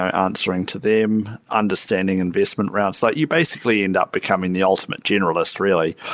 answering to them, understanding investment rounds. like you basically end up becoming the ultimate generalist, really.